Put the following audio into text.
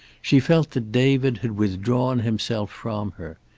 she felt that david had withdrawn himself from her.